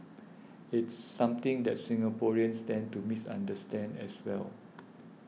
it's something that Singaporeans tend to misunderstand as well